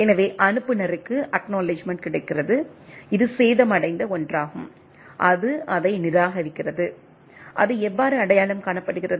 எனவே அனுப்புநருக்கு அக்நாலெட்ஜ்மென்ட் கிடைக்கிறது இது சேதமடைந்த ஒன்றாகும் அது அதை நிராகரிக்கிறது அது எவ்வாறு அடையாளம் காணப்படுகிறது